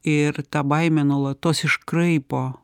ir tą baimę nuolatos iškraipo